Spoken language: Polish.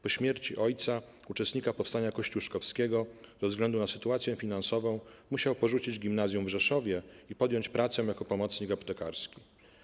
Po śmierci ojca - uczestnika Powstania Kościuszkowskiego, ze względu na sytuację finansową musiał porzucić gimnazjum w Rzeszowie i podjąć pracę jako pomocnik aptekarski.